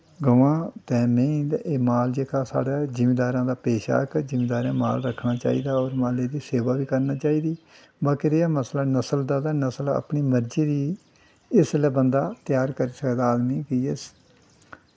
गवां ते मैहीं ते एह् माल जेह्का साढ़ा जमींदारें दा पेशा ऐ जेह्का जमाींदारें माल रक्खना चाहिदा होर माल्लै दी सेवा बी करनी चाहिदी बाकी रेहा मसला नस्ल दा तां इसलै नस्ल अपनी मरजी दी इसलै बंदा त्यार करी सकदा आदमी